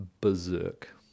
berserk